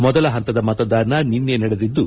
ಮೊದಲ ಹಂತದ ಮತದಾನ ನಿನ್ನೆ ನಡೆದಿದ್ದು